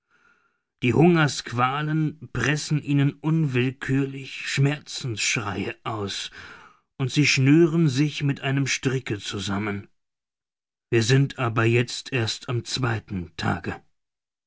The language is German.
die hungersqualen pressen ihnen unwillkürlich schmerzensschreie aus und sie schnüren sich mit einem stricke zusammen wir sind aber jetzt erst am zweiten tage